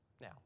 Now